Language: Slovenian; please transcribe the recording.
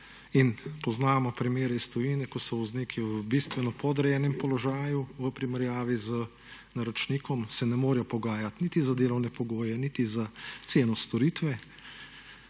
In poznamo primer iz tujine, ko so vozniki v bistveno podrejenem položaju v primerjavi z naročnikom, se ne morejo pogajati niti za delovne pogoje, niti za ceno storitve.